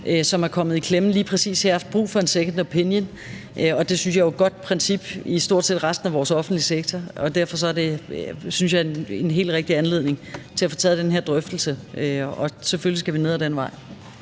som er kommet i klemme lige præcis her, og som har brug for en second opinion. Det synes jeg jo er et godt princip i stort set resten af vores offentlige sektor, og derfor synes jeg, det her er en helt rigtig anledning til at få taget den her drøftelse. Selvfølgelig skal vi ned ad den vej.